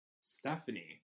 Stephanie